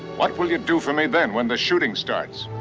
what will you do for me then, when the shooting starts?